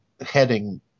heading